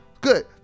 good